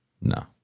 no